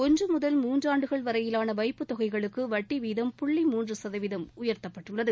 ஒன்று முதல் மூன்றாண்டுகள் வரையிலான வைப்பு தொகைகளுக்கு வட்டி வீதம் புள்ளி மூன்று சதவீதம் உயர்த்தப்பட்டுள்ளது